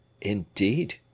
Indeed